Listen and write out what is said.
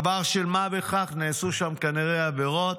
דבר של מה בכך, נעשו שם, כנראה, עבירות,